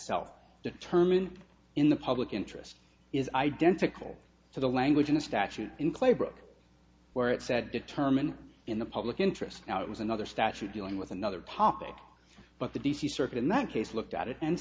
itself determined in the public interest is identical to the language in the statute in claybrook where it said determined in the public interest now it was another statute dealing with another popular but the d c circuit in that case looked at it and